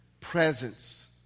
presence